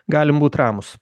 galim būti ramūs